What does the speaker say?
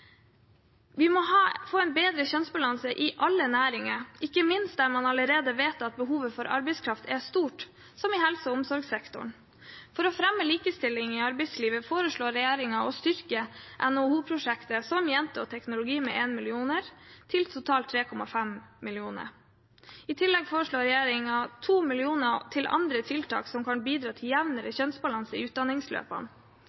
Vi må få en bedre kjønnsbalanse i alle næringer, ikke minst der man allerede vet at behovet for arbeidskraft er stort, som i helse- og omsorgssektoren. For å fremme likestilling i arbeidslivet foreslår regjeringen å styrke NHO-prosjekter som Jenter og teknologi med 1 mill. kr – til totalt 3,5 mill. kr. I tillegg foreslår regjeringen 2 mill. kr til andre tiltak som kan bidra til jevnere